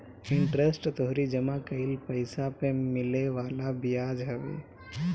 interest तोहरी जमा कईल पईसा पअ मिले वाला बियाज हवे